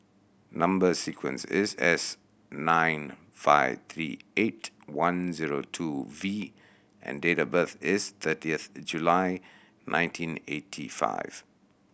number sequence is S nine five three eight one zero two V and date of birth is thirtieth July nineteen eighty five